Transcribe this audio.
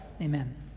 Amen